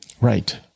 Right